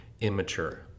immature